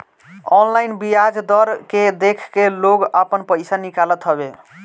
online बियाज दर के देख के लोग आपन पईसा निकालत हवे